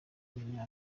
w’umunya